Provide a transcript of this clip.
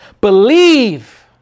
believe